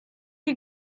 you